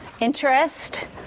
interest